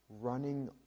running